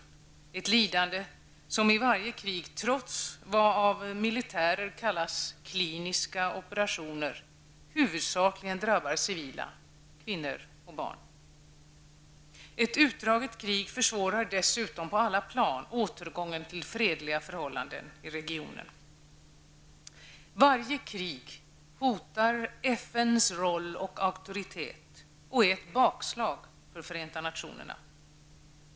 Det för med sig ett lidande som i varje krig, trots det militärer kallar kliniska operationer, huvudsakligen drabbar civila; kvinnor och barn. Ett utdraget krig försvårar dessutom på alla plan återgången till fredliga förhållanden i regionen. Varje krig hotar FNs roll och auktoritet och är ett bakslag för Förenta nationerna.